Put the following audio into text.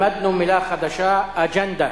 למדנו מלה חדשה: "אגַ'נדה".